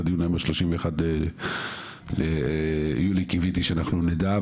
הדיון היום ב-31 ביולי וקיוויתי שנדע.